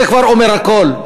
זה כבר אומר הכול,